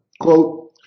Quote